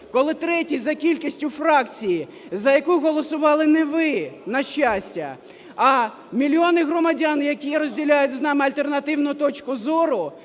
коли в третій за кількістю фракції, за яку голосували не ви, на щастя, а мільйони громадян, які розділяють з нами альтернативну точку зору,